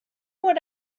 would